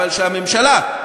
אבל כשהממשלה,